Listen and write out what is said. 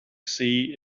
sea